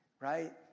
right